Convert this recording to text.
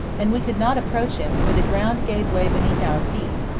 and we could not approach him, for the ground gave way beneath our feet,